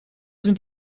sind